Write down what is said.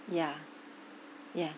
ya ya